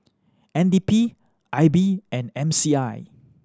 N D P I B and M C I